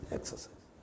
Exercise